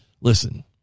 Listen